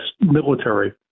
military